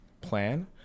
plan